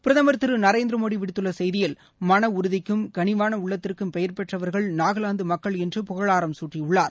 பிரதம் திரு நரேந்திரமோடி விடுத்துள்ள செய்தியில் மன உறுதிக்கும் களிவான உள்ளத்திற்கும் பெயர் பெற்றவர்கள் நாகலாந்து மக்கள் என்று புகழாரம் சூட்டியுள்ளார்